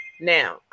Now